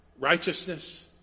righteousness